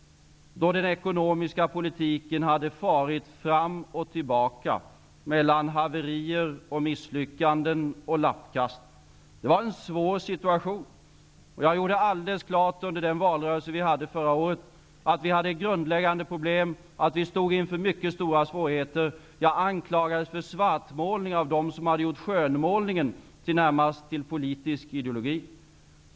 Då hade den ekonomiska politiken farit fram och tillbaka, mellan haverier, misslyckanden och lappkast. Det var en svår situation. Jag gjorde alldeles klart under valrörelsen, som vi hade under förra året, att vi hade grundläggande problem och att vi stod inför många stora svårigheter. Jag anklagades för svartmålning av dem som hade gjort skönmålningen till i det närmaste politisk ideologi.